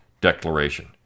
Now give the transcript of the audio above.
declaration